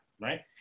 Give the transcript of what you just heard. right